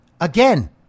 Again